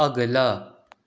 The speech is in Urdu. اگلا